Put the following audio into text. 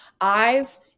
Eyes